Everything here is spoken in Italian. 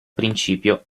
principio